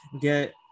get